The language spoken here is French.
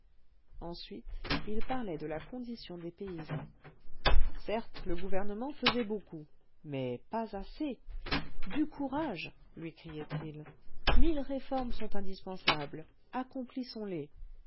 ensuite il parlait de la condition des paysans certes le gouvernement faisait beaucoup mais pas assez du courage lui criait-il mille réformes sont indispensables accomplissons les